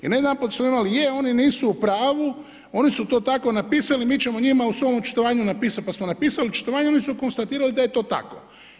I na jedanput smo imali je oni nisu u pravu, oni su to tako napisali, mi ćemo njima u svom očitovanju napisati pa smo napisali očitovanje a oni su konstatirali da je to tako.